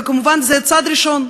וזה כמובן צעד ראשון.